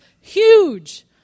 huge